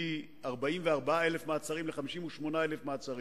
מ-44,000 מעצרים ל-58,000 מעצרים,